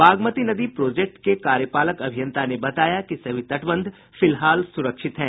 बागमती नदी प्रोजेक्ट के कार्यपालक अभियंता ने बताया कि सभी तटबंध फिलहाल सुरक्षित हैं